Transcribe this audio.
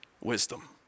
wisdom